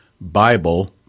Bible